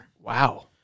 Wow